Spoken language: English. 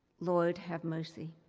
lord, have mercy.